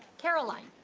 caroline.